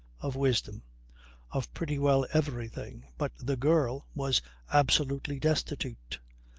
of wisdom of pretty well everything. but the girl was absolutely destitute.